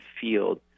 field